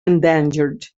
endangered